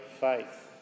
faith